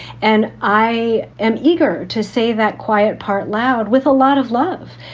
and i am eager to say that quiet part loud with a lot of love.